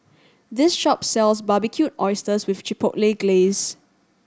this shop sells Barbecued Oysters with Chipotle Glaze